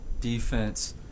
defense